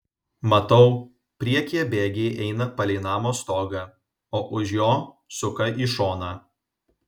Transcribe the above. matau priekyje bėgiai eina palei namo stogą o už jo suka į šoną